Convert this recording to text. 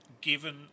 given